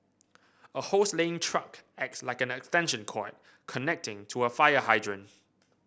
a hose laying truck acts like an extension cord connecting to a fire hydrant